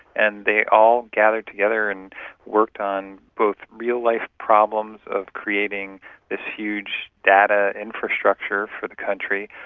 and they all gathered together and worked on both real-life problems of creating this huge data infrastructure for the country,